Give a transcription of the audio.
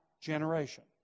generation